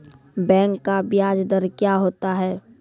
Bank का ब्याज दर क्या होता हैं?